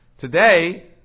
Today